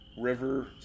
River